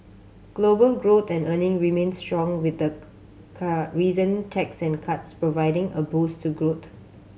global growth and earning remain strong with the reason tax and cuts providing a boost to growth